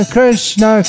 Krishna